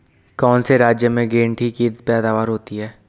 कौन से राज्य में गेंठी की पैदावार होती है?